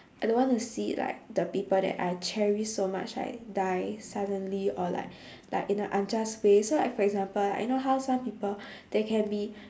I don't want to see like the people that I cherish so much like die suddenly or like like in a unjust way so like for example like you know how some people they can be